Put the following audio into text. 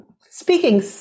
speaking